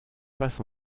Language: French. passe